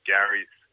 Gary's